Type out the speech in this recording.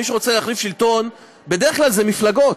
מי שרוצה להחליף שלטון בדרך כלל זה מפלגות,